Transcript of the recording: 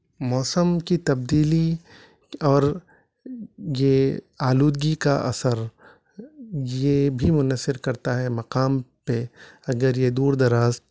موسم کی تبدیلی اور یہ آلودگی کا اثر یہ بھی منحصر کرتا ہے مقام پہ اگر یہ دور دراز